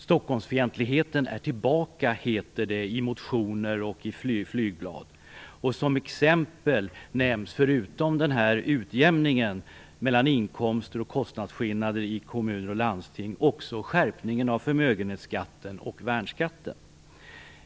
Stockholmsfientligheten är tillbaka, heter det i motioner och flygblad. Som exempel nämns, förutom utjämningen mellan inkomst och kostnadsskillnader i kommuner och landsting, också skärpningen av förmögenhetsskatten och värnskatten.